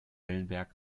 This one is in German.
wellenberg